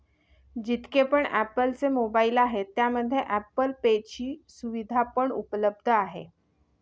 जितके पण ॲप्पल चे मोबाईल आहे त्यामध्ये ॲप्पल पे ची सुविधा पण उपलब्ध आहे